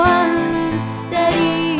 unsteady